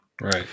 Right